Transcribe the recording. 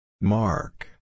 Mark